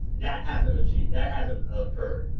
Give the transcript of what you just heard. that hasn't achieved, that hasn't occurred.